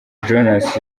jonas